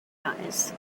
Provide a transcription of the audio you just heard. eyes